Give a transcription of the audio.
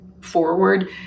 forward